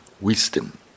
wisdom